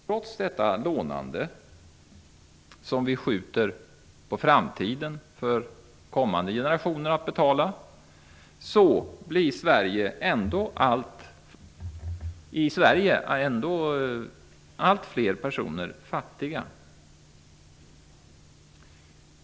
Trots detta lånande, som man skjuter på framtiden för kommande generationer att betala, blir ändå allt fler personer i Sverige fattiga.